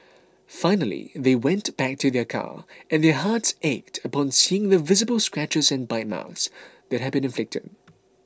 finally they went back to their car and their hearts ached upon seeing the visible scratches and bite marks that had been inflicted